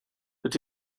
but